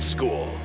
School